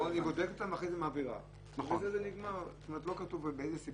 נכון, היא בודקת אותם ואחרי זה מעבירה.